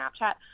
Snapchat